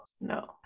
No